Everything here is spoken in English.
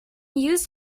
used